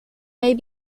may